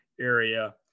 area